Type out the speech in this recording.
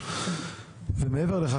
ומעבר לכך,